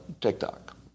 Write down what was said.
TikTok